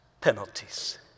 penalties